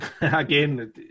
again